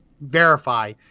verify